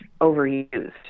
overused